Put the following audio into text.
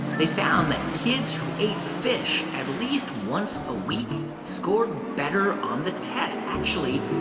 they found that kids who ate fish at least once a week scored better on the test. actually,